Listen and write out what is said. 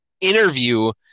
interview